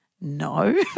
no